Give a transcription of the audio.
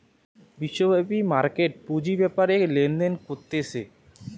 বিশ্বব্যাপী মার্কেট পুঁজি বেপারে লেনদেন করতিছে